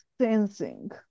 sensing